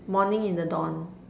morning in the dawn